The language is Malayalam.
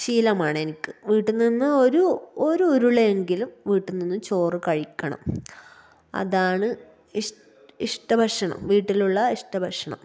ശീലമാണ് എനിക്ക് വീട്ടില്നിന്ന് ഒരു ഒരുരുളയെങ്കിലും വീട്ടില്നിന്നും ചോറ് കഴിക്കണം അതാണ് ഇശ് ഇഷ്ട ഭക്ഷണം വീട്ടിലുള്ള ഇഷ്ട ഭക്ഷണം